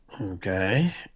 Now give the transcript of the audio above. Okay